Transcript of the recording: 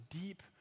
deep